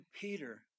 Peter